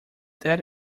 that